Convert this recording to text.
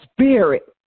spirit